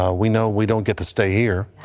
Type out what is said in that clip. ah we know we don't get to stay here.